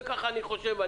כך אני חושב.